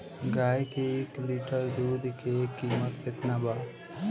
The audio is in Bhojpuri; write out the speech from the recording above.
गाय के एक लीटर दुध के कीमत केतना बा?